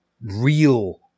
real